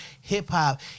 hip-hop